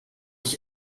ich